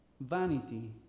vanity